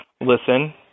listen